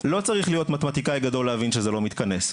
לא צריך להיות מתמטיקאי גדול להבין שזה לא מתכנס.